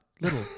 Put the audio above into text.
little